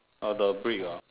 uh the brick ah